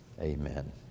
Amen